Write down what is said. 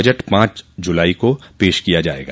budget पांच जुलाई को पेश किया जाएगा